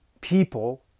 people